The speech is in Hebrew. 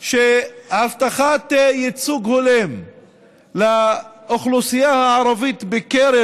שהבטחת ייצוג הולם לאוכלוסייה הערבית בקרב